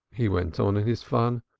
he went on in his fun,